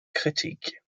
kritik